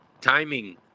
Timing